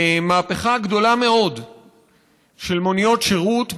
מהפכה גדולה מאוד של מוניות שירות,